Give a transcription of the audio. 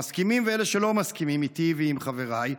המסכימים ואלה שלא מסכימים איתי ועם חבריי,